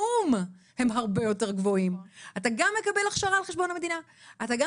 אתה גם מקבל הכשרה על חשבון המדינה ואתה גם